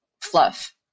fluff